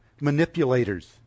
manipulators